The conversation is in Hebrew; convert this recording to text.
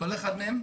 את כל אחד מהם,